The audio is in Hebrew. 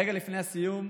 רגע לפני הסיום,